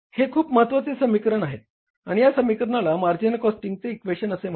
हे खूप महत्वाचे समीकरण आहे आणि या समीकरणाला मार्जिनल कॉस्टिंग इक्वेशन असे म्हणतात